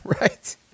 right